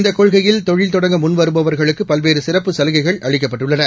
இந்த கொள்கையில் தொழில் தொடங்க முன் வருபவர்களுக்கு பல்வேறு சிறப்புச் சலுகைகள் அளிக்கப்பட்டுள்ளன